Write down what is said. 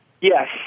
Yes